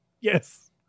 yes